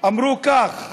אמרו כך: